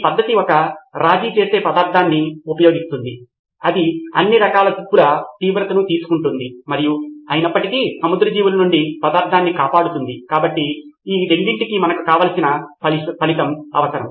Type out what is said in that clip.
ఈ పద్ధతి ఒక రాజీ చేసే పదార్థాన్ని ఉపయోగిస్తోంది ఇది అన్ని రకాల తుప్పుల తీవ్రతను తీసుకుంటుంది మరియు అయినప్పటికీ సముద్ర జీవుల నుండి పదార్థాన్ని కాపాడుతుంది కాబట్టి ఈ రెండింటికి మనకు కావలసిన ఫలితం అవసరం